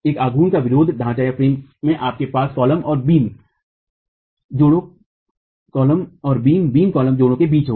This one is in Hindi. एक आघुर्ण का विरोध ढांचेफ्रेम में आप कॉलम और बीम बीम कॉलम जोड़ों के बीच होगा